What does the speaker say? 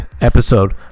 episode